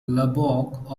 lubbock